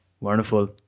Wonderful